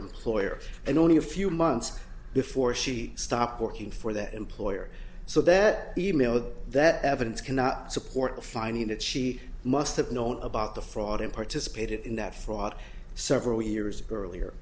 employer and only a few months before she stopped working for that employer so that e mail that evidence cannot support the finding that she must have known about the fraud and participated in that fraud several years earlier